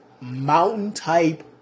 mountain-type